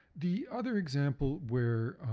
the other example where